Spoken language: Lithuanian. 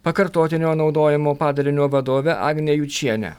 pakartotinio naudojimo padalinio vadovė agne jučiene